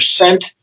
percent